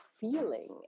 feeling